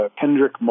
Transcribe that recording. Kendrick